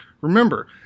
Remember